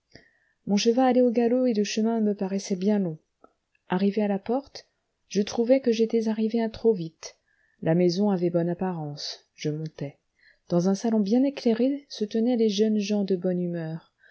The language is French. mon cheval allait au galop et le chemin me paraissait bien long arrivé à la porte je trouvai que j'étais arrivé trop vite la maison avait bonne apparence je montai dans un salon bien éclairé se tenaient des jeunes gens de bonne humeur